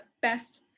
best